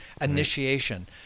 initiation